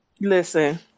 listen